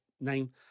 name